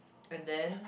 and then